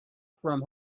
from